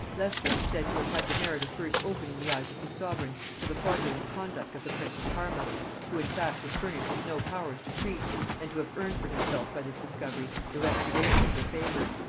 leicester is said to have had the merit of first opening the eyes of his sovereign to the fraudulent conduct of the prince of parma who in fact was furnished with no powers to treat and to have earned for himself by this discovery the restoration of her favor.